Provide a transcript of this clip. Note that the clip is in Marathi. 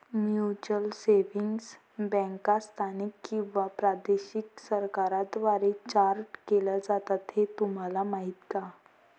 म्युच्युअल सेव्हिंग्ज बँका स्थानिक किंवा प्रादेशिक सरकारांद्वारे चार्टर्ड केल्या जातात हे तुम्हाला माहीत का?